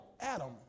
Adam